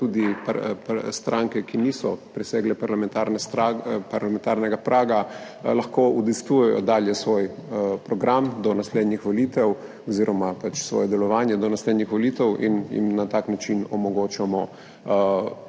tudi stranke, ki niso presegle parlamentarnega praga, lahko udejstvujejo dalje svoj program do naslednjih volitev oziroma pač svoje delovanje do naslednjih volitev in jim na tak način omogočamo